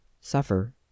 suffer